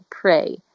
pray